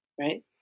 right